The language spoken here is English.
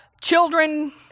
children